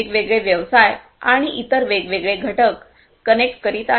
वेगवेगळे व्यवसाय आणि इतर वेगवेगळे घटक कनेक्ट करीत आहे